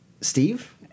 Steve